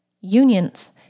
unions